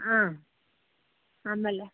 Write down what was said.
ಹಾಂ ಆಮೇಲೆ